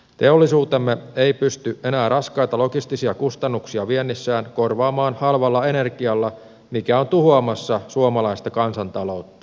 teollisuutemme ei pysty enää raskaita logistisia kustannuksia viennissään korvaamaan halvalla energialla mikä on tuhoamassa suomalaista kansantaloutta